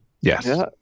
Yes